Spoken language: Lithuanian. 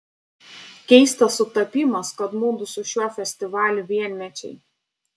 keistas sutapimas kad mudu su šiuo festivaliu vienmečiai